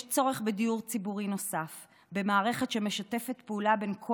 יש צורך בדיור ציבורי נוסף ובמערכת שמשתפת פעולה בין כל